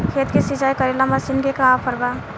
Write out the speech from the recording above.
खेत के सिंचाई करेला मशीन के का ऑफर बा?